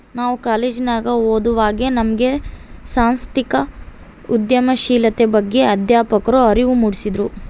ನಾವು ಕಾಲೇಜಿನಗ ಓದುವಾಗೆ ನಮ್ಗೆ ಸಾಂಸ್ಥಿಕ ಉದ್ಯಮಶೀಲತೆಯ ಬಗ್ಗೆ ಅಧ್ಯಾಪಕ್ರು ಅರಿವು ಮೂಡಿಸಿದ್ರು